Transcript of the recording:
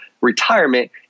retirement